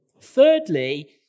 Thirdly